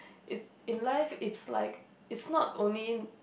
in in life it's like it's not only